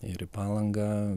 ir į palangą